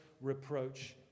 reproach